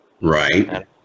right